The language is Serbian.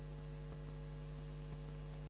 Hvala